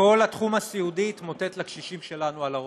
כל התחום הסיעודי יתמוטט לקשישים שלנו על הראש.